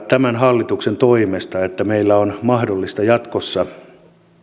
tämän hallituksen toimesta jotakin sellaista että meillä on mahdollista jatkossa